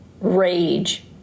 rage